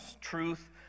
Truth